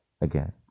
again